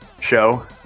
show